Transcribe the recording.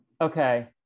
Okay